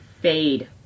Fade